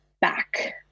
back